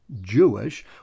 Jewish